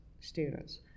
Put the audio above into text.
students